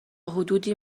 حدودی